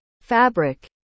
fabric